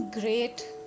Great